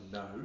no